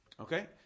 Okay